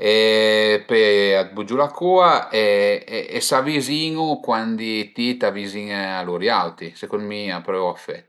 pöi a bugiu la cua e s'avizin-u cuandi ti t'avizin-e a lur auti, secund mi a prövu afet